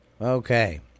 Okay